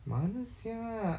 mana sia